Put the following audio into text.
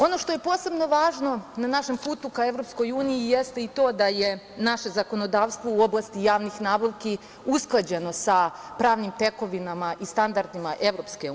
Ono što je posebno važno na našem putu ka EU jeste i to da je naše zakonodavstvo u oblasti javnih nabavki usklađeno sa pravnim tekovinama i standardima EU.